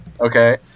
Okay